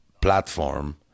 platform